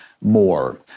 more